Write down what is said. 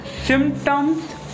Symptoms